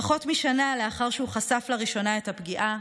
פחות משנה לאחר שחשף לראשונה את הפגיעה,